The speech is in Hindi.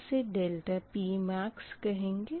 इसे ∆Pmax कहेंगे